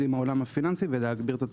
עם העולם הפיננסי ולהגביר את התחרות.